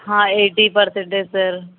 eighty percentage sir